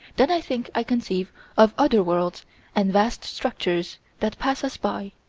then i think i conceive of other worlds and vast structures that pass us by,